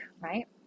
right